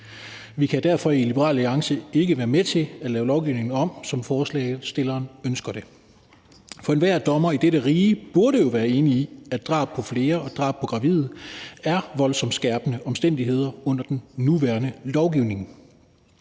Vi kan derfor i Liberal Alliance ikke være med til at lave lovgivningen om, som forslagsstillerne ønsker det. For enhver dommer i dette rige burde jo være enig i, at drab på flere og drab på gravide er voldsomt skærpende omstændigheder under den nuværende lovgivning.